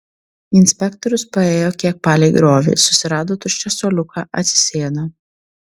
inspektorius paėjo kiek palei griovį susirado tuščią suoliuką atsisėdo